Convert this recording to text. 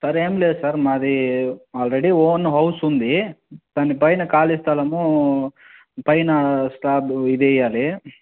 sir ఏమి లేదు sir మాది ఆల్రెడీ ఓన్ హౌస్ ఉంది దాని పైన ఖాళీ స్థలము పైన స్లాబ్ ఇదేయ్యాలి